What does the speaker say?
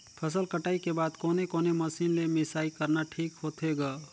फसल कटाई के बाद कोने कोने मशीन ले मिसाई करना ठीक होथे ग?